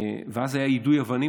ואז היה יידוי אבנים,